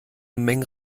mengen